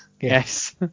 Yes